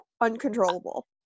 uncontrollable